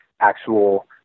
actual